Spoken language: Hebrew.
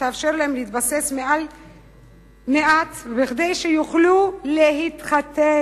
שתאפשר להם להתבסס מעט כדי שיוכלו להתחתן.